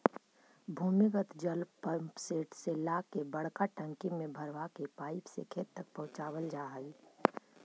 भूमिगत जल पम्पसेट से ला के बड़का टंकी में भरवा के पाइप से खेत तक पहुचवल जा हई